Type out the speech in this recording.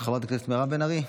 חברת הכנסת מירב בן ארי,